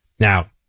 Now